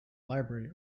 library